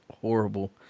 horrible